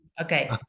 okay